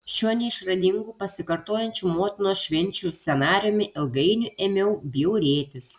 šiuo neišradingu pasikartojančių motinos švenčių scenarijumi ilgainiui ėmiau bjaurėtis